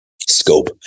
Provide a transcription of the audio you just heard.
scope